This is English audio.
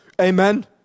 Amen